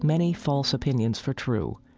many false opinions for true,